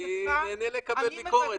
אני נהנה לקבל ביקורת,